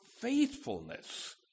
faithfulness